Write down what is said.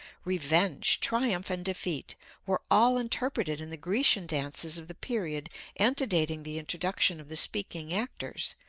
revenge, triumph and defeat were all interpreted in the grecian dances of the period antedating the introduction of the speaking actors,